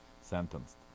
sentenced